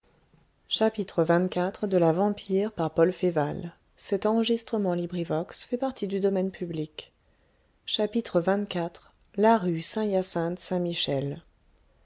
sur la rue saint hyacinthe